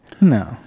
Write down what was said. No